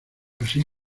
así